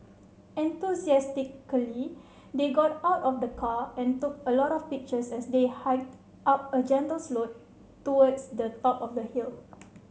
enthusiastically they got out of the car and took a lot of pictures as they hiked up a gentle slope towards the top of the hill